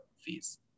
fees